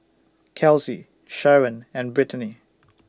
Kelsey Sheron and Britany